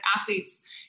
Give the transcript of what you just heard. athletes